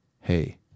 Hey